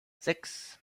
sechs